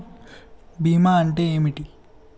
బీమా అంటే ఏమిటి?